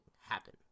happen